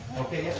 okay